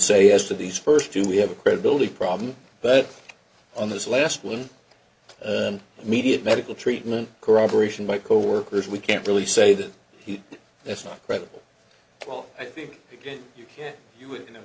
say yes to these first two we have a credibility problem but on this last one the immediate medical treatment corroboration my coworkers we can't really say that he that's not credible well i think again you can't you